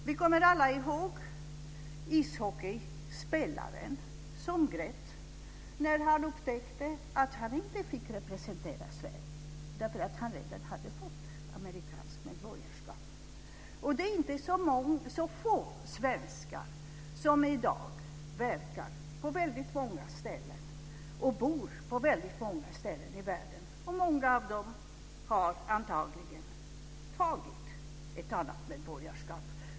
Vi kommer alla ihåg ishockeyspelaren som grät när han upptäckte att han inte fick representera Sverige därför att han redan hade fått amerikanskt medborgarskap. Det är inte så få svenskar som i dag verkar och bor på väldigt många ställen i världen. Många av dem har antagligen tagit ett annat medborgarskap.